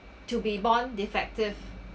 to be born defective